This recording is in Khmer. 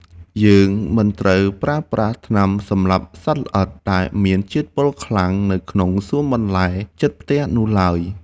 យើងមិនត្រូវប្រើប្រាស់ថ្នាំសម្លាប់សត្វល្អិតដែលមានជាតិពុលខ្លាំងនៅក្នុងសួនបន្លែជិតផ្ទះនោះឡើយ។